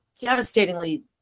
devastatingly